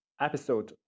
episode